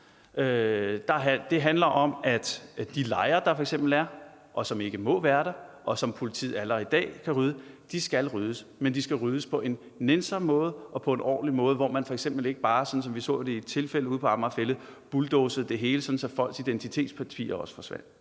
Det handler f.eks. om, at de lejre, der er, som ikke må være der, og som politiet allerede i dag kan rydde, skal ryddes. Men de skal ryddes på en nænsom måde og på en ordentlig måde, hvor man f.eks. ikke bare, sådan som vi så det i et tilfælde ude på Amager Fælled, bulldozer det hele, sådan at folks identitetspapirer også forsvinder.